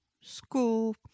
school